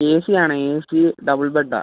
എസിയാണ് A C double ബെഡാണ്